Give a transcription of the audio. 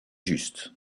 juste